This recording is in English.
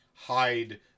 hide